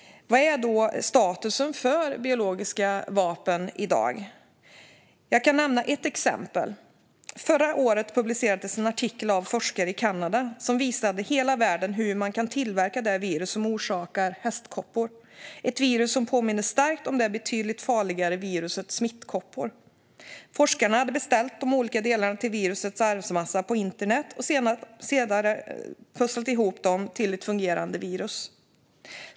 Vad är då statusen för biologiska vapen i dag? Jag kan nämna ett exempel. Förra året publicerades en artikel av forskare i Kanada som visade hela världen hur man kan tillverka det virus som orsakar hästkoppor, ett virus som påminner starkt om det betydligt farligare viruset smittkoppor. Forskarna hade beställt de olika delarna till virusets arvsmassa på internet och sedan pusslat ihop dem till ett fungerande virus.